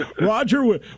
Roger